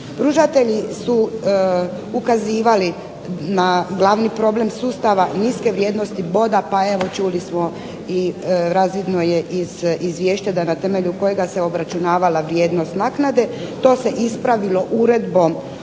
Pružatelji su ukazivali na glavni problem sustava niske vrijednosti boda pa evo čuli smo i razvidno je iz izvješća da na temelju kojega se obračunavala vrijednost naknade. To se ispravilo Uredbom